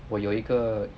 我有一个